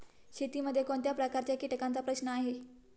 शेतीमध्ये कोणत्या प्रकारच्या कीटकांचा प्रश्न आहे?